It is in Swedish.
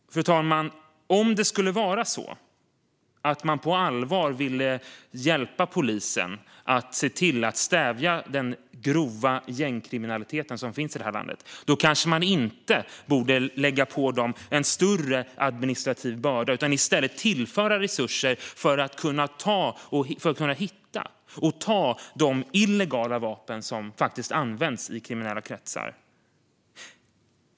Fru talman! Om man på allvar vill hjälpa polisen att stävja den grova gängkriminalitet som finns i det här landet borde man kanske inte lägga på polisen en större administrativ börda utan i stället tillföra resurser så att polisen kan hitta och ta de illegala vapen som faktiskt används i kriminella kretsar.